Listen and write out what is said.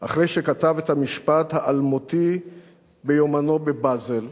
אחרי שכתב את המשפט האלמותי ביומנו בבאזל,